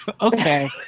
Okay